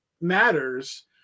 matters